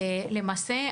למעשה,